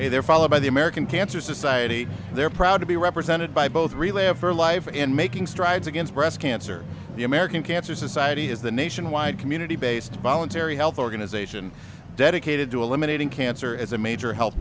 if they're followed by the american cancer society they're proud to be represented by both relay of her life and making strides against breast cancer the american cancer society is the nationwide community based voluntary health organization dedicated to eliminating cancer as a major health